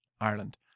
Ireland